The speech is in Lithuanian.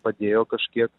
padėjo kažkiek